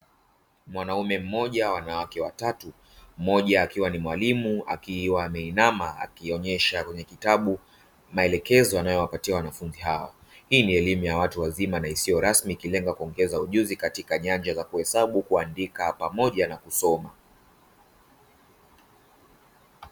Mwanamume moja, wanawake watatu, mmoja akiwa ni mwalimu akiwa ameinama akionesha kwenye kitabu maelekeza anayowapatia wanafunzi hao. Hii ni elimu ya watu wazima na isio rasmi ikilenga kuongeza ujuzi katika nyanja za; kuhesabu, kuandika pamoja na kusoma.